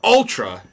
Ultra